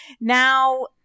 Now